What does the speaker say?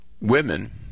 women